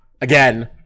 again